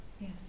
Yes